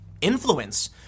influence